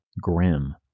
grim